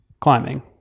climbing